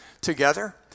together